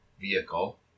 vehicle